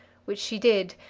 which she did,